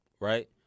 right